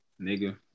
Nigga